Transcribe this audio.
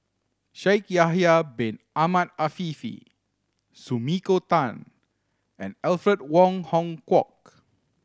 Shaikh Yahya Bin Ahmed Afifi Sumiko Tan and Alfred Wong Hong Kwok